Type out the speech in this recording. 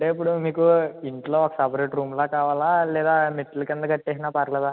అంటే ఇప్పుడు మీకు ఇంట్లో సపరేట్ రూమ్లా కావాలా లేదా మెట్ల కింద కట్టేసినా పర్లేదా